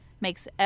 makes